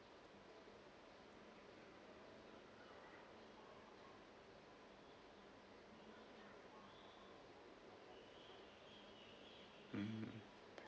mm